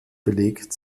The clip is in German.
belegt